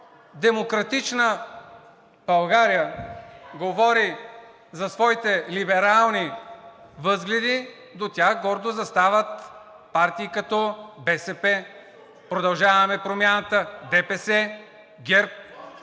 „Демократична България“ говори за своите либерални възгледи, до тях гордо застават партии като БСП, „Продължаваме Промяната“, ДПС, ГЕРБ.